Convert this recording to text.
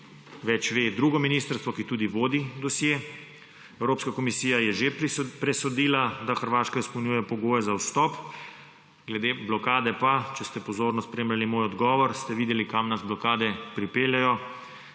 več ve drugi ministrstvo, ki tudi vodi dosje. Evropska komisija je že presodila, da Hrvaška izpolnjuje pogoje za vstop. Glede blokade pa, če ste pozorno spremljali moj odgovor, ste videli, kam nas blokade pripeljejo.